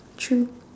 true